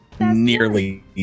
nearly